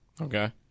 Okay